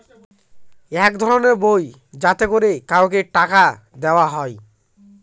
এক ধরনের বই যাতে করে কাউকে টাকা দেয়া হয়